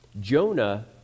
Jonah